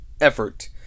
effort